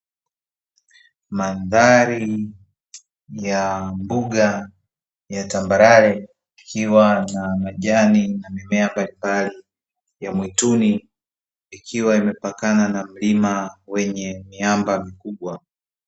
Mandhari ya mbuga ya tambarare ikiwa na majani ya mimea mbalimbali ya mwituni ikiwa imepakana na mlima wenye miamba mikubwa.